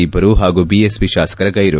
ಇಬ್ಲರು ಹಾಗೂ ಬಿಎಸ್ಪಿ ಶಾಸಕರ ಗೈರು